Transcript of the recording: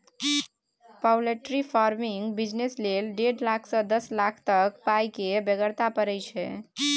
poultry फार्मिंगक business लेल डेढ़ लाख सँ दस लाख तक पाइ केर बेगरता परय छै